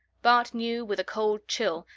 bart knew, with a cold chill,